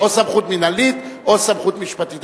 או סמכות מינהלית או סמכות משפטית.